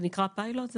זה נקרא פיילוט?